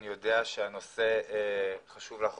אני יודע שהנושא חשוב לך